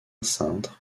cintre